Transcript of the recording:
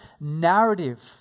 narrative